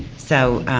so,